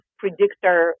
predictor